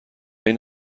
این